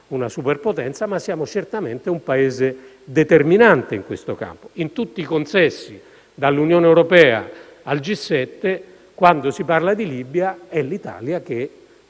una superpotenza, ma siamo certamente un Paese determinante in questo campo: in tutti i consessi, dall'Unione europea al G7, quando si parla di Libia è l'Italia che